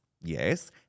Yes